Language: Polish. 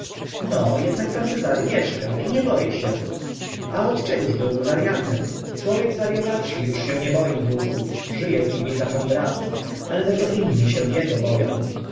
no ednak pan cezary mieszka i nie boi się a od czegóż byłby wariatem człowiek zwariowany uż nie boi się duchów ży e z nimi za pan brat ale za to inni się ego bo